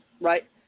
right